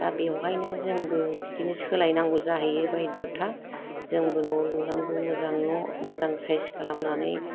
दा बेवहायनो जोंबो बिदिनो सोलायनांगौ जाहैयो बायध्दथा जोंबो न' लुनांगौ मोजां न' मोजां साइज खालामनानै